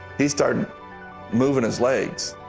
he started moving his legs,